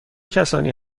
کسانی